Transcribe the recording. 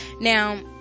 Now